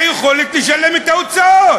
יכולת לשלם את ההוצאות.